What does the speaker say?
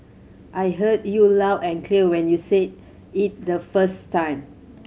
I heard you loud and clear when you said it the first time